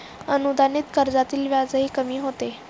अनुदानित कर्जातील व्याजही कमी होते